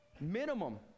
minimum